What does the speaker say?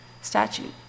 statute